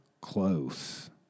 close